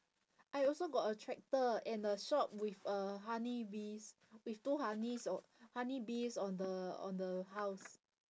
I also got a tractor and a shop with uh honeybees with two honeys o~ honeybees on the on the house